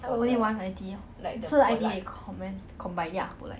like all teams ya it is like that [one] mm